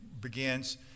begins